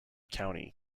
county